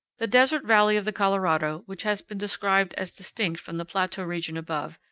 the desert valley of the colorado, which has been described as distinct from the plateau region above,